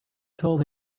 told